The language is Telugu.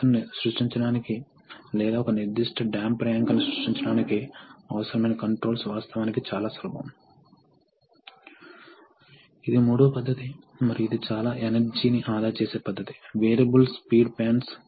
కాబట్టి ఆ సమయంలో ఈ మార్గం ద్వారా గాలి బయటకు ప్రవహిస్తుంది మరియు ఇది జరుగుతోంది కాబట్టి ప్రతి స్ట్రోక్ అల్ప ప్రెషర్ వాతావరణ వైపు గాలిని పీల్చుకుంటుంది మరియు ఇది గాలిని తిరిగి అధిక ప్రెషర్ అవుట్లెట్ లోకి నెట్టివేస్తుంది